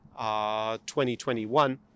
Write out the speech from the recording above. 2021